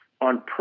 on